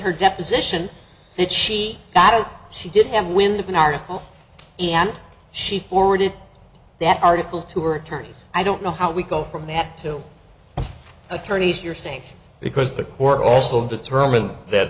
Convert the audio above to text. her deposition that she that she did have wind of an article and she forwarded that article to her attorneys i don't know how we go from that to attorneys you're saying because the court also determined that